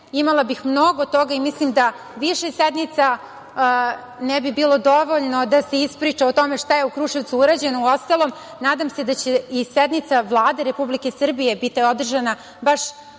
imala bih mnogo toga i mislim da više sednica ne bi bilo dovoljno da se ispriča o tome šta je u Kruševcu urađeno. Uostalom, nadam se da će i sednica Vlade Republike Srbije biti održana baš